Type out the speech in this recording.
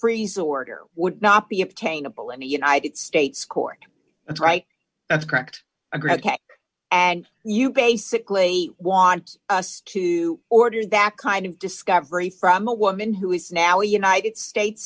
freeze order would not be obtainable in the united states court that's right that's correct greg and you basically want us to order that kind of discovery from a woman who is now a united states